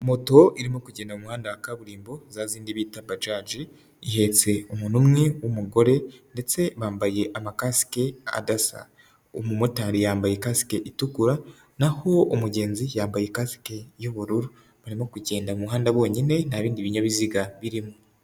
Moto irimo kugenda muhanda wa kaburimbo za zindi bita bajaji, ihetse umuntu umwe w'umugore ndetse bambaye amakasike adasa, umumotari yambaye kasike itukura naho umugenzi yambaye kasike y'ubururu, barimo kugenda mu muhanda bonyine nta bindi binyabiziga birimo.